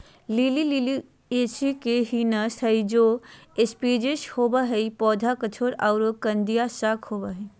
lily Liliaceae के genus हई, सौ स्पिशीज होवअ हई, पौधा कठोर आरो कंदिया शाक होवअ हई